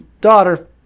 daughter